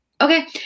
Okay